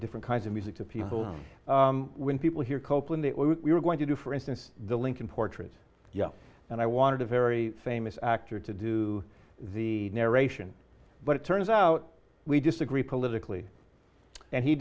different kinds of music to people when people hear copeland that we were going to do for instance the lincoln portrait you know and i wanted a very famous actor to do the narration but it turns out we disagree politically and he